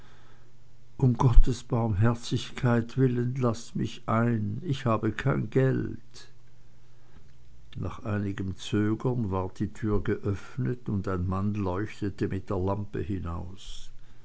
um gottes barmherzigkeit willen laßt mich ein ich habe kein geld nach einigem zögern ward die tür geöffnet und ein mann leuchtete mit der lampe hinaus